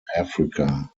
africa